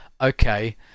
okay